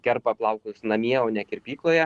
kerpa plaukus namie o ne kirpykloje